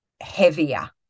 heavier